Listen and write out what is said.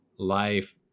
life